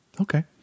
Okay